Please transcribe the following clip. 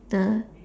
the